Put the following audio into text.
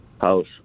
house